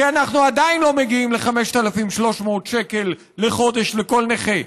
כי אנחנו עדיין לא מגיעים ל-5,300 שקל לחודש לכל נכה,